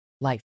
life